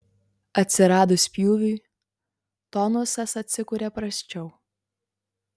atsiradus pjūviui tonusas atsikuria prasčiau